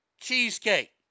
cheesecake